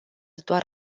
doar